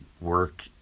work